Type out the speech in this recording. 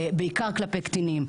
בעיקר כלפי קטינים.